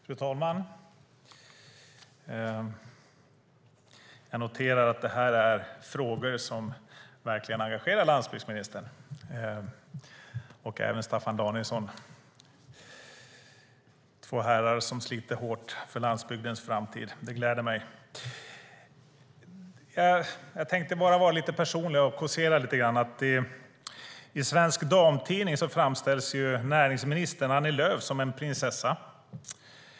Fru talman! Jag noterar att det här är frågor som verkligen engagerar landsbygdsministern och även Staffan Danielsson - två herrar som sliter hårt för landsbygdens framtid. Det gläder mig. Jag tänkte vara lite personlig och kåsera lite grann. I Svensk Damtidning framställdes näringsminister Annie Lööf som en prinsessa.